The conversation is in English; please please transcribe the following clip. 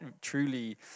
truly